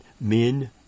men